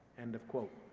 end of quote.